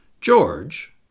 George